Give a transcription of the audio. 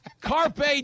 Carpe